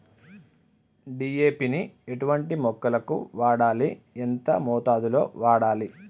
DAP ని ఎటువంటి మొక్కలకు వాడాలి? ఎంత మోతాదులో వాడాలి?